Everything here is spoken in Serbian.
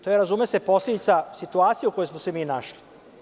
To je, razume se, posledica situacije u kojoj smo se našli.